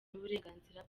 n’uburenganzira